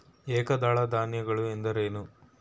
ಏಕದಳ ಧಾನ್ಯಗಳು ಎಂದರೇನು?